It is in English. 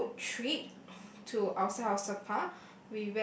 a route trip to outside of sapa